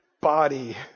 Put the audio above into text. body